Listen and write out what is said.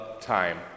time